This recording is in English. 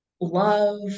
love